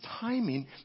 timing